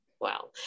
wow